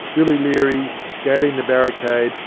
billy leary, scaling the barricade,